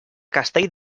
castell